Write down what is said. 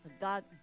God